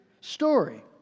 story